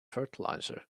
fertilizer